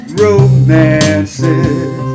romances